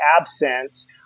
absence